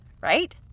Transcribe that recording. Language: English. right